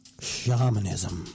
Shamanism